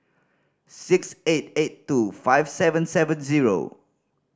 six eight eight two five seven seven zero